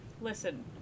listen